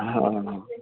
हा